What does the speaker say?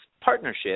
partnership